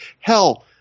Hell